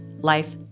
life